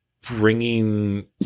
bringing